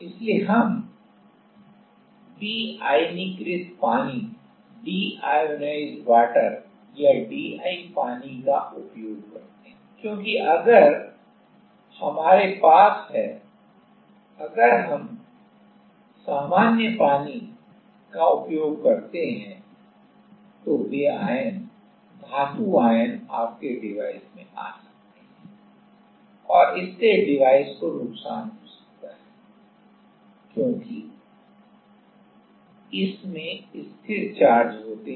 इसलिए हम विआयनीकृत पानी या DI पानी का उपयोग करते हैं क्योंकि अगर हमारे पास है अगर हम सामान्य पानी का उपयोग करते हैं तो वे आयन धातु आयन आपके डिवाइस में जा सकते हैं और इससे डिवाइस को नुकसान हो सकता है क्योंकि इसमें स्थिर चार्ज होते हैं